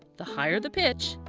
the higher the pitch,